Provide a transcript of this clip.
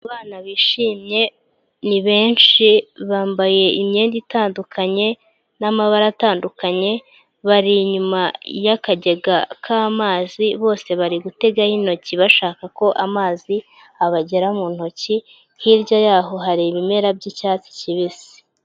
Abana bishimye ni benshi, bambaye imyenda itandukanye n'amabara atandukanye, bari inyuma y'akagega k'amazi, bose bari gutegaho intoki bashaka ko amazi abagera mu ntoki, hirya yaho hari ibimera byi'icyatsi kibisi.